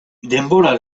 denbora